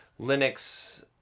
Linux